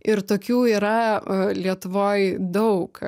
ir tokių yra a lietuvoj daug